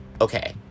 okay